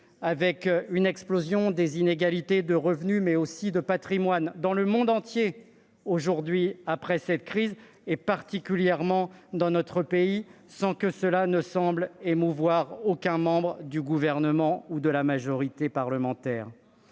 avec une explosion des inégalités de revenus, mais aussi de patrimoine dans le monde entier après cette crise, plus particulièrement dans notre pays, sans que cela semble émouvoir quelque membre que ce soit du Gouvernement ou de la majorité parlementaire.